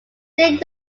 did